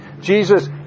Jesus